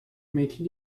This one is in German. mädchen